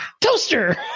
toaster